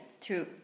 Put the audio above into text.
True